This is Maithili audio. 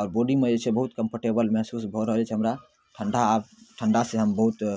आओर बॉडीमे जे छै बहुत कम्फर्टेबल महसूस भऽ रहल छै हमरा ठण्डा ठण्डासँ हम बहुत